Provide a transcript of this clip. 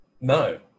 No